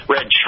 Red